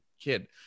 kid